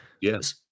yes